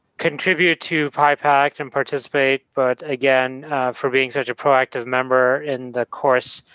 contribute to pipact and participate but again for being such a proactive member in the course,